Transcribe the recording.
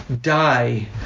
die